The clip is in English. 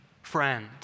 Friend